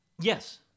Yes